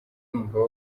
numva